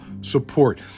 support